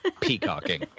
Peacocking